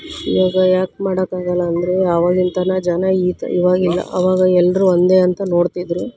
ಇವಾಗ ಯಾಕೆ ಮಾಡೋಕ್ಕಾಗಲ್ಲ ಅಂದರೆ ಆವಾಗಿನ ತನ ಜನ ಈತ ಇವಾಗಿಲ್ಲ ಅವಾಗ ಎಲ್ಲರೂ ಒಂದೇ ಅಂತ ನೋಡ್ತಿದ್ದರು